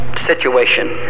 situation